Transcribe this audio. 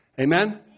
Amen